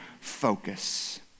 focus